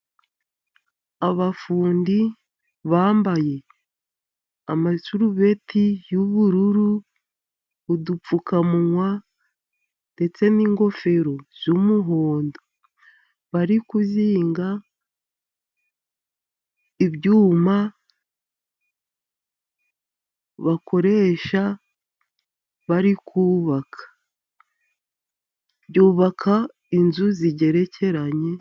Abafundi bambaye amasurubeti y'ubururu, udupfukamuwa ndetse n'ingofero z'umuhondo. Bari kuzinga ibyuma bakoresha bari kubaka. Byubaka inzu zigerekeranye.